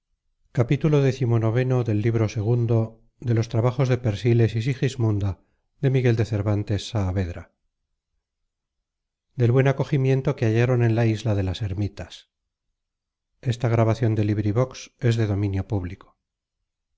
del buen acogimiento que hallaron en la isla de las ermitas